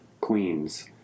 Queens